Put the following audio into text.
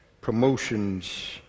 promotions